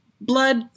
blood